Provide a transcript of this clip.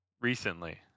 recently